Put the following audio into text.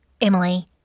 Emily